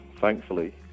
thankfully